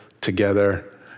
together